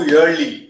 early